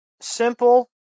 simple